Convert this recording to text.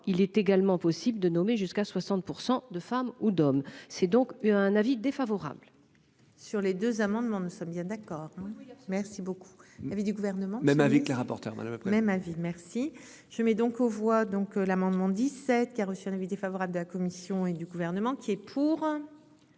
il est également possible de nommer jusqu'à 60% de femmes ou d'hommes, c'est donc eu un avis défavorable. Sur les deux amendements, nous sommes bien d'accord. Oui merci beaucoup. Il y avait du gouvernement, même avec le rapporteur, madame. Même avis merci je mets donc aux voix donc l'amendement 17 qui a reçu un avis défavorable de la Commission et du gouvernement qui est. Pour.